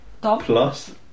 plus